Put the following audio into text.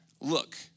look